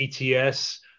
ETS